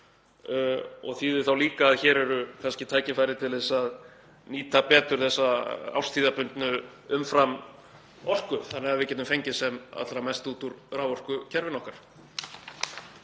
Það þýðir líka að hér eru kannski tækifæri til að nýta betur þessa árstíðabundnu umframorku þannig að við getum fengið sem allra mest út úr raforkukerfinu okkar.